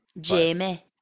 jamie